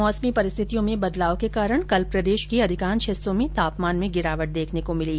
मौसमी परिस्थितियों में बदलाव के कारण कल प्रदेश के अधिकांश हिस्सों में तापमान में गिरावट देखने को मिली